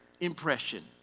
impression